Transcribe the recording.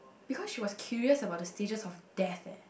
because she was curious about the stages of death uh